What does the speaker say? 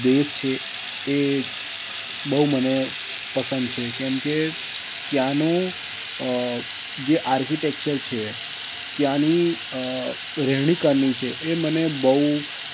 દેશ છે એ બહુ મને પસંદ છે કેમકે ત્યાંનું જે આર્કિટેક્ચર છે ત્યાંની રહેણી કરણી છે એ મને બહુ